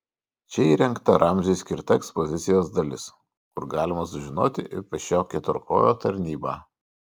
čia įrengta ramziui skirta ekspozicijos dalis kur galima sužinoti apie šio keturkojo tarnybą